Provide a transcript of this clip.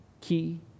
key